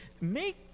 make